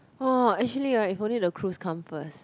oh actually [right] if only the cruise come first